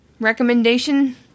recommendation